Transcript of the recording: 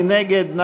מי נגד?